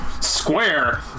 Square